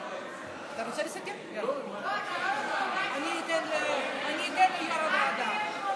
אני אתן ליו"ר הוועדה.